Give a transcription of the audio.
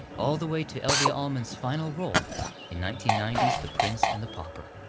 all the way to elvia allman's final role in nineteen ninety s the prince and the pauper.